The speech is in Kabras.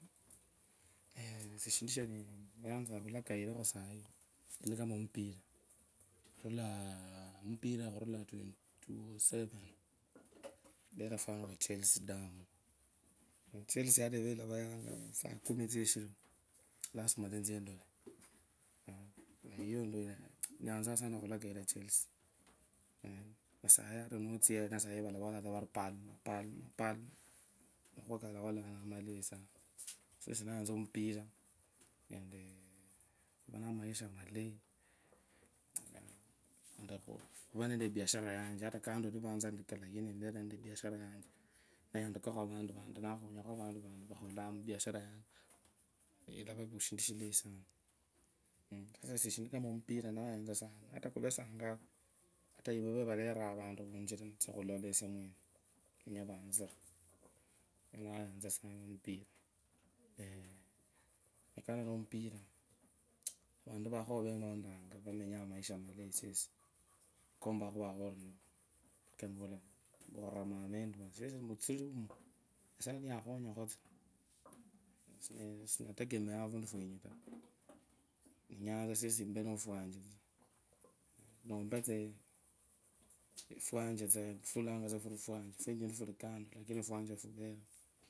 shindu sheyanzanga khulakayirakho sai, shindukama umipira, khurulaa, khurulaa, two utwo woseven, embere fan wa chelsea damu. Chelsea ata uve ilavayanza saa kumi tsie shiru, lazima tsa etsie endolee, sayi ata nutsia yene volavolonga tsa vari, palma, palma, mkhuva kalakholanga na malayi sana, esie ndayanza mpira, embee namaisha valayi embee nebiashara yanje. ata nivathandiku, lakini embee nibiashara yanje, nayandikacho vantu vati, nakhonyakhu vantu, ilava shindu shilai, sana lakini esie shindu kama mpira nayanzu sana, atave saa ngapi, ata ivevalanga vantu khwichira, natsia khulola, nivenye vanzire, eeh, kando namupira, vantu vakhawa, veyanzanga khulonderera, nikumpanga khuvakho uri nivu, mpaka emporera mama endi na siesi mutsuri umu, nyasaye niyakhonyakhu vutsia sindategemea fundufwenyu taa, nenyaa tsa siesi empee nufwanje, numpaatsaa, efwanje funananga tsufuri fwanje, fwenyu nifuri efwanje funananga tsufuri fwanje, fwenyu nifuri kando lakini fwanje fuvereo.